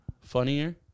Funnier